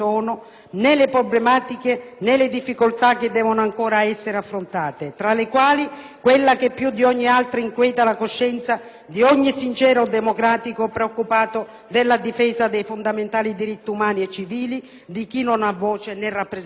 le problematiche o le difficoltà che devono ancora essere affrontate, tra le quali quella che più di ogni altra inquieta la coscienza di ogni sincero democratico preoccupato della difesa dei fondamentali diritti umani e civili di chi non ha voce né rappresentanza.